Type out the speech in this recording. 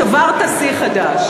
שברת שיא חדש.